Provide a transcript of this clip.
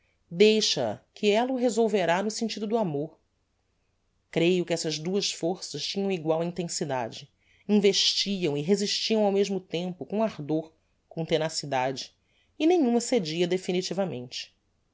deixa-a que ella o resolverá no sentido do amor creio que essas duas forças tinham egual intensidade investiam e resistiam ao mesmo tempo com ardor com tenacidade e nenhuma cedia definitivamente